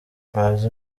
bazi